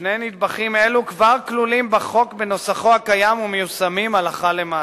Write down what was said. שני נדבכים אלו כבר כלולים בחוק בנוסחו הקיים ומיושמים הלכה למעשה.